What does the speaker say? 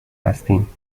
هستیم